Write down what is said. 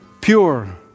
pure